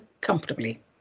comfortably